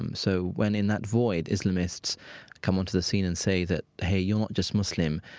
um so when in that void islamists come onto the scene and say that hey you're not just muslim,